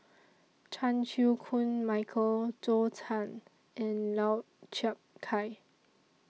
Chan Chew Koon Michael Zhou Can and Lau Chiap Khai